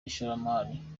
ishoramari